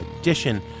edition